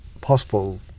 possible